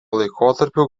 laikotarpiu